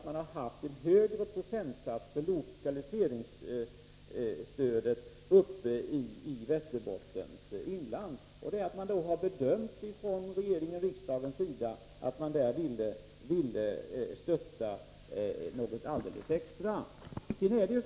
Man har haft en högre procentsats för lokaliseringsstödet i Västerbottens inland. Regering och riksdag har här velat stötta något alldeles extra.